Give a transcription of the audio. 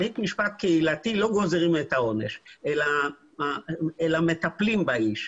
בבית משפט קהילתי לא גוזרים עונש אלא מטפלים באיש.